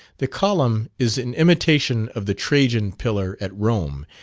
the column is in imitation of the trajan pillar at rome,